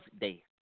Day